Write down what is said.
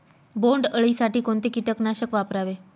बोंडअळी साठी कोणते किटकनाशक वापरावे?